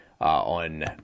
on